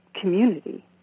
community